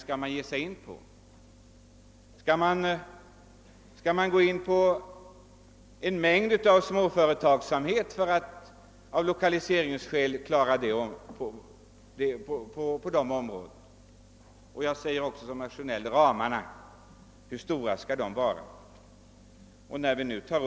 Skall man av lokaliseringspolitiska skäl skapa en mängd småföretag för att klara sysselsättningen inom vissa områden? Jag frågar i likhet med herr Sjönell hur stora ramarna för verksamheten skall vara.